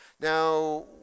Now